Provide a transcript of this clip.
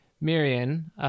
Mirian